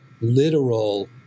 literal